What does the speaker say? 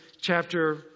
chapter